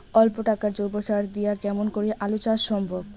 অল্প টাকার জৈব সার দিয়া কেমন করি আলু চাষ সম্ভব?